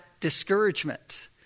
discouragement